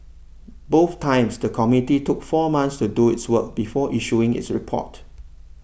both times the committee took four months to do its work before issuing its report